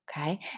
Okay